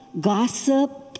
gossip